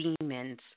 demons